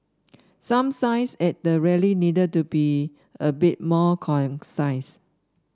some signs at the rally needed to be a bit more